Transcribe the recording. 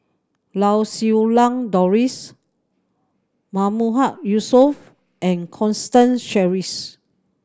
Lau Siew Lang Doris Mahmood Yusof and Constance Sheares